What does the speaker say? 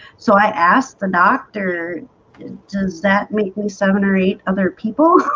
so i asked the doctor does that make me seven or eight other people?